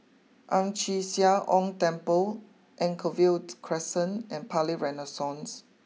Ang Chee Sia Ong Temple Anchorvale Crescent and Palais Renaissance